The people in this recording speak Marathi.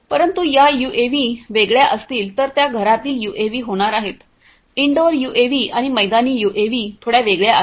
परंतु त्या यूएव्ही वेगळ्या असतील तर त्या घरातील यूएव्ही होणार आहेत इनडोअर यूएव्ही आणि मैदानी यूएव्ही थोड्या वेगळ्या आहेत